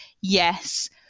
Yes